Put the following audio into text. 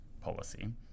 policy